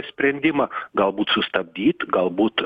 sprendimą galbūt sustabdyt galbūt